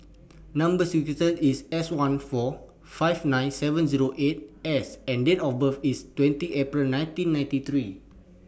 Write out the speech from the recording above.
Number sequence IS S one four five nine seven Zero eight S and Date of birth IS twenty April nineteen ninety three